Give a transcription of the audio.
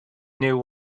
knew